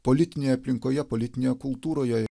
politinėje aplinkoje politinėje kultūroje